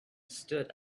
stood